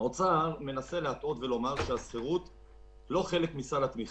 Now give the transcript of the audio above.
האוצר מנסה להטעות ולומר שהשכירות היא לא חלק מסל התמיכה.